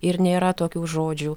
ir nėra tokių žodžių